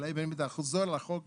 אולי בחוזר לחוק,